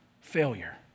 failure